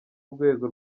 rwego